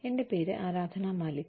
എന്റെ പേര് ആരാധന മാലിക്